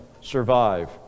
survive